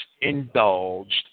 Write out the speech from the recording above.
indulged